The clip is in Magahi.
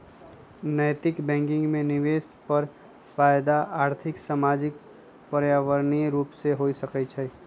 नैतिक बैंकिंग में निवेश पर फयदा आर्थिक, सामाजिक, पर्यावरणीय रूपे हो सकइ छै